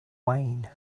wayne